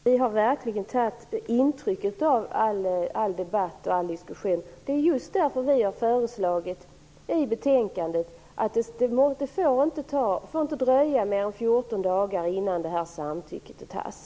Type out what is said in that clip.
Fru talman! Jo, vi har verkligen tagit intryck av all debatt och diskussion. Det är just därför vi föreslår i betänkandet att det inte får dröja mer än 14 dagar innan beslut om samtycke fattas.